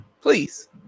please